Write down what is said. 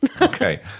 okay